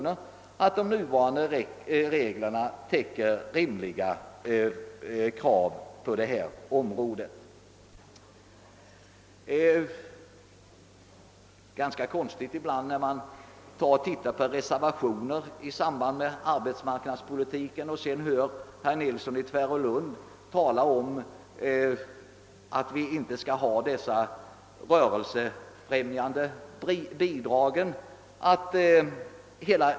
Jag vill också understryka att de nuvarande reglerna täcker rimliga krav i detta avseende. Det händer ganska egendomliga saker ibland, när vi diskuterar arbetsmarknadspolitiken. Herr Nilsson i Tvärålund talar om att vi inte skall ha några rörlighetsfrämjande bidrag.